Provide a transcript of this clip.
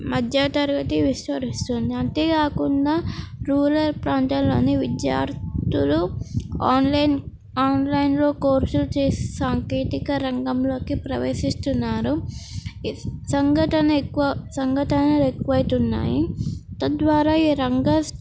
మధ్య తరగతి విస్తరిస్తుంది అంతే కాకుండా రూరల్ ప్రాంతల్లోని విద్యార్థులు ఆన్లైన్ ఆన్లైన్లో కోర్సులు చేసి సాంకేతిక రంగంలోకి ప్రవేశిస్తున్నారు ఈ సంఘటన ఎక్కువ సంఘటనలు ఎక్కువ ఆవుతున్నాయి తద్వారా ఈ రంగ